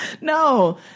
No